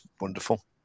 wonderful